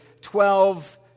twelve